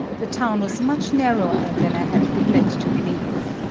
the town was much narrower than i had been led to believe.